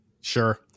Sure